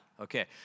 okay